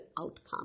outcome